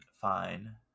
Fine